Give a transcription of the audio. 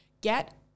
get